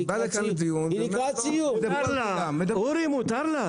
היא באה לכאן לדיון והיא אומרת --- אורי מותר לה.